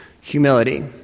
humility